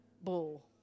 Bull